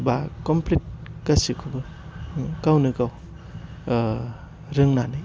बा कमफ्लिथ गासिखौबो गावनो गाव रोंनानै